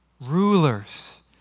rulers